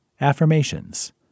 Affirmations